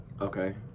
Okay